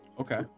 Okay